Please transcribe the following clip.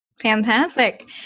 Fantastic